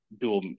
dual